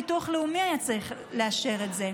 הביטוח הלאומי היה צריך לאשר את זה.